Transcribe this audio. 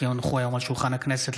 כי הונחו היום על שולחן הכנסת,